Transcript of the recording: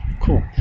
Cool